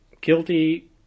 guilty